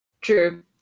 true